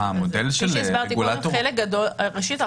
ראשית,